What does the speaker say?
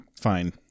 Fine